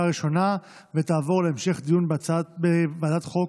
הראשונה ותעבור להמשך דיון בוועדת החוקה,